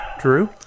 Drew